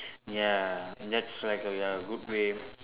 ya that's like a ya good way